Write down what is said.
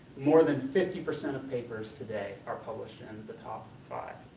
more than fifty percent of papers today are published in the top five.